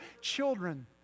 children